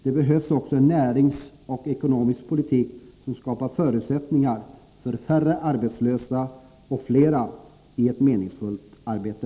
Det behövs också en näringspolitik och ekonomisk politik som skapar förutsättningar för färre arbetslösa och flera i ett meningsfullt arbete.